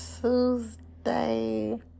Tuesday